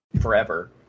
forever